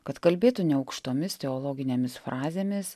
kad kalbėtų ne aukštomis teologinėmis frazėmis